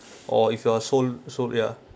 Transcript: or if you are soul